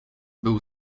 był